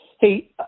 Hey